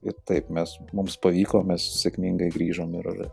ir taip mes mums pavyko mes sėkmingai grįžom ir ir